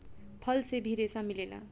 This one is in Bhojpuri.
फल से भी रेसा मिलेला